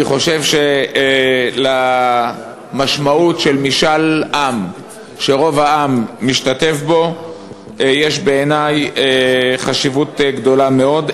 אני חושב שלמשמעות של משאל עם שרוב העם משתתף בו יש חשיבות גדולה מאוד.